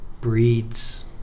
breeds